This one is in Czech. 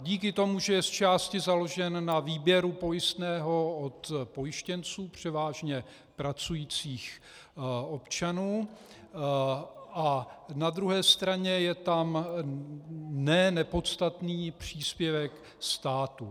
Díky tomu, že je zčásti založen na výběru pojistného od pojištěnců, převážně pracujících občanů, a na druhé straně je tam ne nepodstatný příspěvek státu.